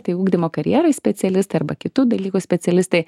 tai ugdymo karjerai specialistai arba kitų dalykų specialistai